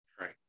Right